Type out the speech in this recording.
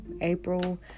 April